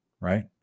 right